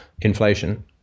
inflation